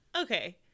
Okay